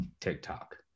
TikTok